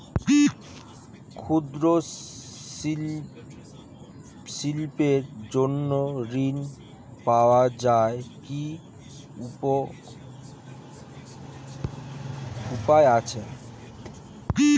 ক্ষুদ্র শিল্পের জন্য ঋণ পাওয়ার কি উপায় আছে?